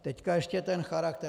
Teď ještě ten charakter.